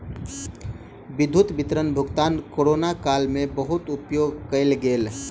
विद्युत विपत्र भुगतान कोरोना काल में बहुत उपयोग कयल गेल